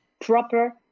proper